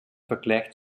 vergleich